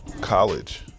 college